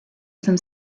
some